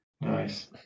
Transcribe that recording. nice